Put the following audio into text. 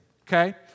okay